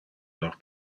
lor